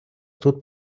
тут